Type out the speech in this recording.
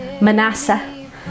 Manasseh